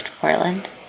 Portland